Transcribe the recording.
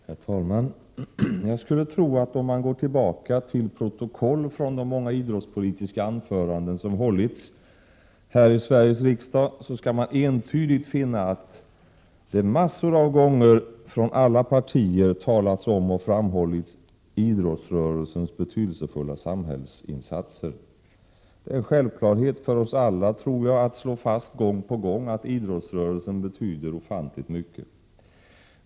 Herr talman! Jag skulle tro att om man går tillbaka till protokoll från de många idrottspolitiska anföranden som hållits här i Sveriges riksdag, så skall man entydigt finna att det massor av gånger, från alla partier, talats om och framhållits idrottsrörelsens betydelsefulla samhällsinsatser. Det är nog en självklarhet för oss alla att slå fast, gång på gång, att idrottsrörelsen betyder ofantligt mycket.